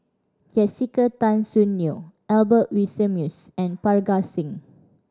Jessica Tan Soon Neo Albert Winsemius and Parga Singh